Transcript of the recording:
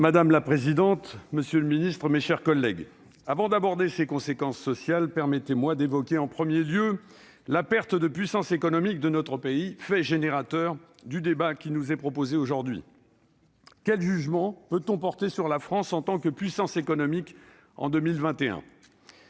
Madame la présidente, monsieur le ministre, mes chers collègues, avant d'en aborder les conséquences sociales, permettez-moi d'évoquer en premier lieu la perte de puissance économique de notre pays, fait générateur du débat qui nous est proposé aujourd'hui. Quel jugement peut-on porter sur la France en tant que puissance économique en 2021 ?